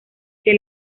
que